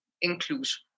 inclusion